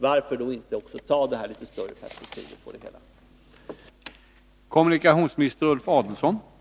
Varför då inte ta med frågan om en järnvägsförbindelse till Kapellskär och studera det hela i ett större perspektiv?